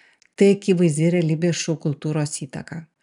tai akivaizdi realybės šou kultūros įtaka